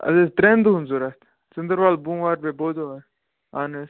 اَسہِ حظ ترٮ۪ن دۄہن ضرورَت ژنٛدٕروار بوٚموار بیٚیہِ بۄدوار اَہن حظ